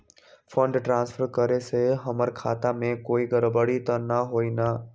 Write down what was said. Fund transfer करे से हमर खाता में कोई गड़बड़ी त न होई न?